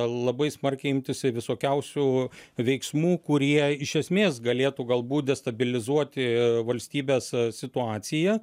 labai smarkiai imtis visokiausių veiksmų kurie iš esmės galėtų galbūt destabilizuoti valstybės situaciją